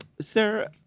Sir